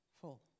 full